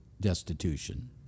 destitution